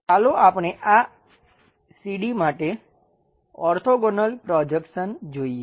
ચાલો આપણે આ સીડી માટે ઓર્થોગોનલ પ્રોજેક્શન જોઈએ